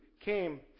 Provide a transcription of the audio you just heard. came